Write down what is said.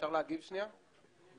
אי